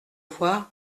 voir